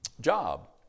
job